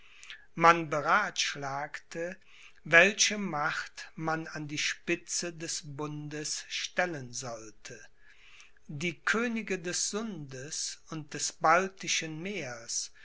man berathschlagte welche macht man an die spitze des bundes stellen sollte die könige des sundes und des baltischen meers